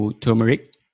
turmeric